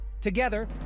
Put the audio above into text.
Together